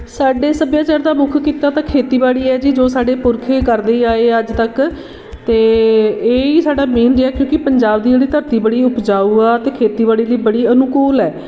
ਸਾਡੇ ਸੱਭਿਆਚਾਰ ਦਾ ਮੁੱਖ ਕਿੱਤਾ ਤਾਂ ਖੇਤੀਬਾੜੀ ਹੈ ਜੀ ਜੋ ਸਾਡੇ ਪੁਰਖ ਕਰਦੇ ਆਏ ਆ ਅੱਜ ਤੱਕ ਅਤੇ ਇਹੀ ਸਾਡਾ ਮੇਨ ਜਿਹਾ ਕਿਉਂਕਿ ਪੰਜਾਬ ਦੀ ਜਿਹੜੀ ਧਰਤੀ ਬੜੀ ਉਪਜਾਊ ਆ ਅਤੇ ਖੇਤੀਬਾੜੀ ਲਈ ਬੜੀ ਅਨੁਕੂਲ ਹੈ